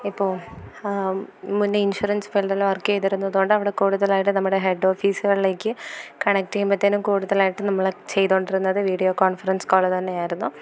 ഇപ്പോൾ മുന്നേ ഇൻഷുറൻസ് ഫീൽഡിൽ വർക്ക് ചെയ്തിരുന്നതുകൊണ്ട് അവിടെ കൂടുതലായിട്ട് നമ്മുടെ ഹെഡ് ഓഫീസുകളിലേക്ക് കണക്ട് ചെയ്യുമ്പോഴത്തേനും കൂടുതലായിട്ട് നമ്മൾ ചെയ്തു കൊണ്ടിരുന്നത് വീഡിയോ കോൺഫറൻസ് കോൾ തന്നെ ആയിരുന്നു